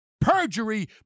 perjury